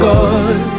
God